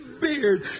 beard